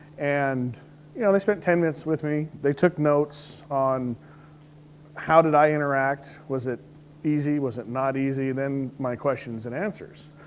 and yeah they spent ten minutes with me. they took notes on how did i interact? was it easy? was it not easy? then my questions and answers.